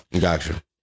Gotcha